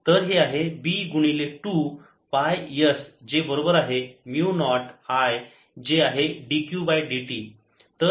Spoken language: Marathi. तर हे आहे B गुणिले 2 पाय s जे बरोबर आहे म्यु नॉट I जे आहे dQ बाय dt